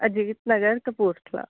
Ajit Nagar Kapurthala